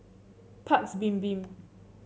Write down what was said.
Paik's Bibim